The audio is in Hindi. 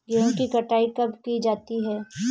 गेहूँ की कटाई कब की जाती है?